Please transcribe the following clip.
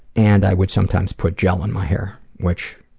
and i would sometimes put gel in my hair, which,